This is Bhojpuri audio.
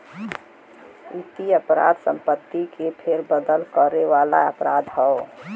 वित्तीय अपराध संपत्ति में फेरबदल करे वाला अपराध हौ